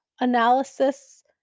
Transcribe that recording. analysis